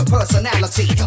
Personality